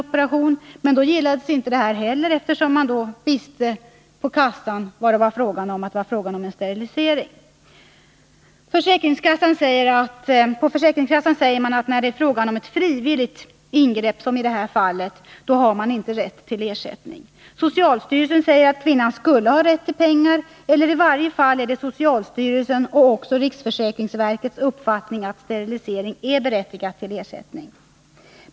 operation, men då gillades inte detta heller, eftersom man på kassan visste att det var fråga om en sterilisering. På försäkringskassan säger man att när det är fråga om ett frivilligt ingrepp, som i detta fall, har man inte rätt till ersättning. Socialstyrelsen säger att kvinnan skulle ha rätt till pengar. I varje fall är det socialstyrelsens och riksförsäkringsverkets uppfattning att sterilisering berättigar till ersättning.